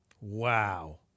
Wow